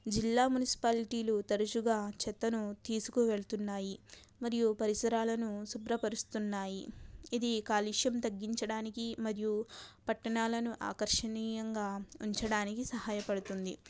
జిల్లా మున్సిపాల్టీలు తరచుగా చెత్తను తీసుకు వెళ్తున్నాయి మరియు పరిసరాలను శుభ్రపరుస్తున్నాయి ఇది కాలుష్యం తగ్గించడానికి మరియు పట్టణాలను ఆకర్షణీయంగా ఉంచడానికి సహాయ పడుతుంది